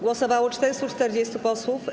Głosowało 440 posłów.